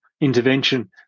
intervention